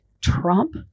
Trump